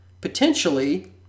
potentially